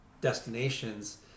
destinations